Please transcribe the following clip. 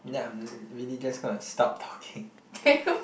then I'm really just gonna stop talking